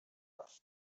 earth